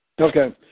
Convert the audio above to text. Okay